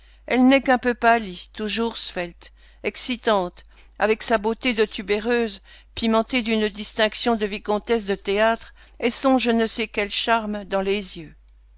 elle n'est qu'un peu pâlie toujours svelte excitante avec sa beauté de tubéreuse pimentée d'une distinction de vicomtesse de théâtre et son je ne sais quel charme dans les yeux